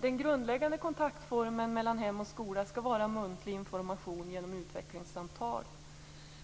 Den grundläggande kontaktformen mellan hem och skola skall vara muntlig information genom utvecklingssamtal.